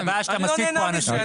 הבעיה שאתה מטעה כאן אנשים.